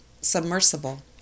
submersible